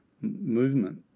movement